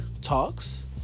talks